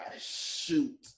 shoot